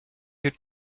your